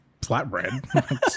flatbread